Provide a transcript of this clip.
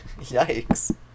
Yikes